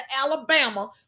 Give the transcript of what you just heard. Alabama